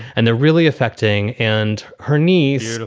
and they're really affecting. and her niece, sort of